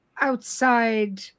outside